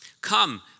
Come